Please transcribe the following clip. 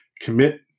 commit